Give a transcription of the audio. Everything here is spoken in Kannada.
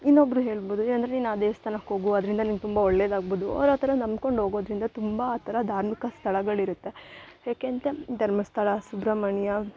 ಇನ್ನೊಬ್ಬರು ಹೇಳ್ಬೋದು ಏನಂದರೆ ನೀ ಆ ದೇವಸ್ಥಾನಕ್ ಹೋಗು ಅದರಿಂದ ನಿಂಗೆ ತುಂಬ ಒಳ್ಳೇದು ಆಗ್ಬೋದು ಅವ್ರು ಆ ಥರ ನಂಬ್ಕೊಂಡ್ ಹೋಗೋದ್ರಿಂದ ತುಂಬ ಆ ಥರ ಧಾರ್ಮಿಕ ಸ್ಥಳಗಳಿರುತ್ತೆ ಏಕೆ ಅಂಥ ಧರ್ಮಸ್ಥಳ ಸುಬ್ರಹ್ಮಣ್ಯ